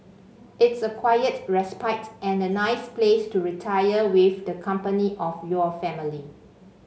it's a quiet respite and a nice place to retire with the company of your family